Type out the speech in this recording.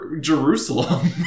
jerusalem